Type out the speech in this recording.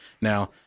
Now